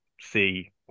see